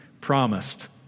promised